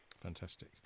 Fantastic